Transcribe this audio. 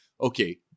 Okay